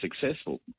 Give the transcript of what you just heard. successful